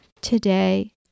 today